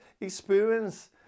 experience